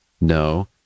No